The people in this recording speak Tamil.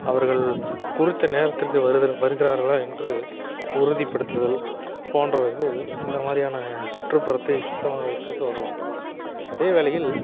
அவர்கள் குறித்த நேரத்திற்கு வருகிற வருகிறார்களா என்று உறுதிப்படுத்துதல் போன்றவைகள் இந்த மாதிரியான சுற்றுப்புறத்தை சுத்தமாக வைத்திருக்க உதவும் அதே வேளையில்